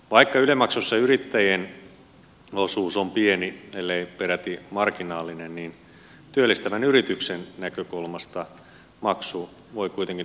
vaikka yle maksussa yrittäjien osuus on pieni ellei peräti marginaalinen niin työllistävän yrityksen näkökulmasta maksu voi kuitenkin olla suuri